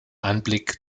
anblick